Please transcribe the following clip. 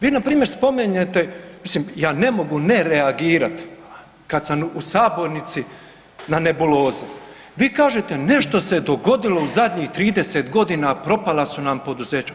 Vi npr. spominjete, mislim ja ne mogu ne reagirat kad sam u sabornici na nebuloze, vi kažete nešto se je dogodilo u zadnjih 30.g., propala su nam poduzeća.